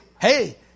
hey